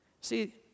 See